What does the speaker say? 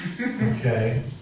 Okay